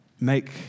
make